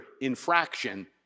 infraction